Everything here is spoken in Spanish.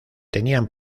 tenían